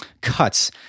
cuts